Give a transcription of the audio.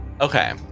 Okay